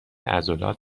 عضلات